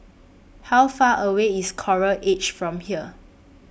How Far away IS Coral Edge from here